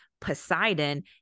Poseidon